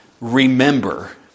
Remember